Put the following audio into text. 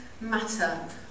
matter